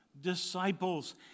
disciples